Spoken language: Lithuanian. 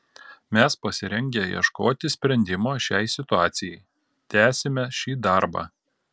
mes pasirengę ieškoti sprendimo šiai situacijai tęsime šį darbą